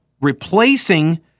replacing